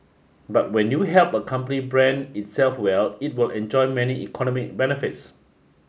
but when you help a company brand itself well it will enjoy many economic benefits